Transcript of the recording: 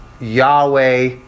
Yahweh